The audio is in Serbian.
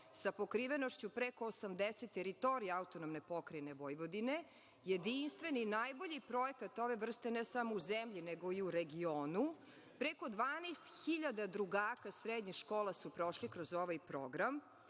sa pokrivenošću preko 80 teritorija AP Vojvodine. Jedinstveni, najbolji projekat ove vrste, ne samo u zemlji, nego i u regionu. Preko 12.000 drugaka srednjih škola su prošli kroz ovaj